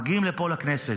מגיעים לפה, לכנסת,